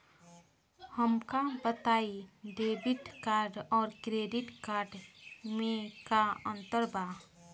हमका बताई debit card और क्रेडिट कार्ड में का अंतर बा?